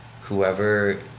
whoever